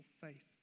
faith